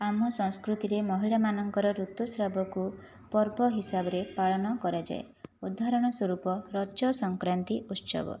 ଆମ ସଂସ୍କୃତିରେ ମହିଳାମାନଙ୍କର ଋତୁସ୍ରାବକୁ ପର୍ବ ହିସାବରେ ପାଳନ କରାଯାଏ ଉଦାହରଣ ସ୍ୱରୂପ ରଜ ସଂକ୍ରାନ୍ତି ଉତ୍ସବ